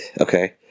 okay